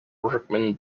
workman